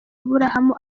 aburahamu